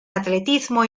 atletismo